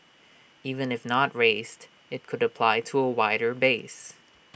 even if not raised IT could apply to A wider base